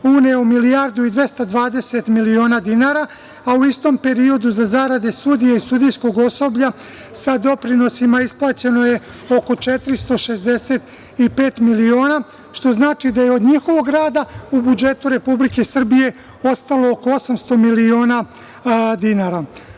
uneo milijardu i 220 miliona dinara, a u istom periodu za zarade sudija i sudijskog osoblja sa doprinosima isplaćeno je oko 465 miliona, što znači da je od njihovog rada u budžetu Republike Srbije ostalo oko 800 miliona dinara,